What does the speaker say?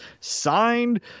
signed